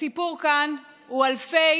הסיפור כאן הוא אלפי